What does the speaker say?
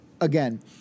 again